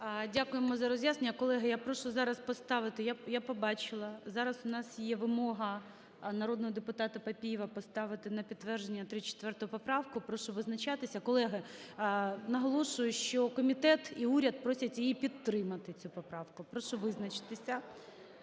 Дякуємо за роз'яснення. Колеги, я прошу зараз поставити... Я побачила. Зараз у нас є вимога народного депутатаПапієва поставити на підтвердження 34 поправку. Прошу визначатися. Колеги, наголошую, що комітет і уряд просять її підтримати, цю поправку. Прошу визначитися,